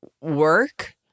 work